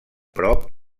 prop